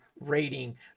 rating